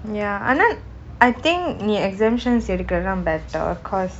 ya ஆனால்:aanaal I think நீ:ni exemption எடுக்கிறது தான்:edukirathu thaan better cause